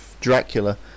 Dracula